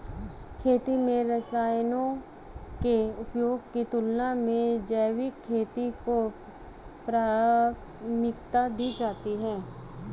खेती में रसायनों के उपयोग की तुलना में जैविक खेती को प्राथमिकता दी जाती है